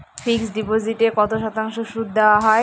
Fixed ডিপোজিটে কত শতাংশ সুদ দেওয়া হয়?